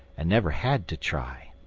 and never had to try.